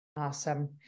Awesome